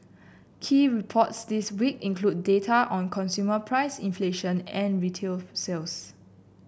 key reports this week include data on consumer price inflation and retail sales